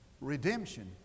redemption